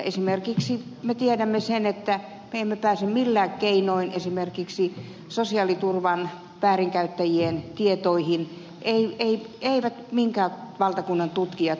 esimerkiksi me tiedämme sen että me emme pääse millään keinoin esimerkiksi sosiaaliturvan väärinkäyttäjien tietoihin eivät minkään valtakunnan tutkijat